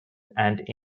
and